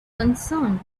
concerned